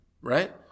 right